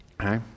okay